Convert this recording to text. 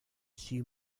she